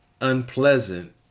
unpleasant